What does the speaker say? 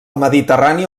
mediterrània